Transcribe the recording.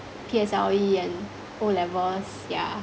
P_S_L_E and O levels yeah